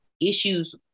issues